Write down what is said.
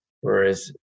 whereas